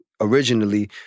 originally